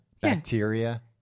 Bacteria